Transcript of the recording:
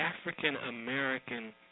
African-American